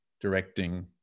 directing